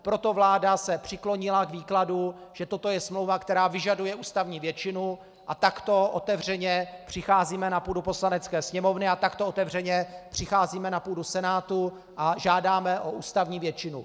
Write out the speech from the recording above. Proto se vláda přiklonila k výkladu, že toto je smlouva, která vyžaduje ústavní většinu, a takto otevřeně přicházíme na půdu Poslanecké sněmovny a takto otevřeně přicházíme na půdu Senátu a žádáme o ústavní většinu.